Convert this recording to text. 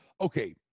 Okay